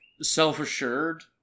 self-assured